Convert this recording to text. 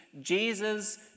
Jesus